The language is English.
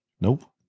Nope